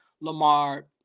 Lamar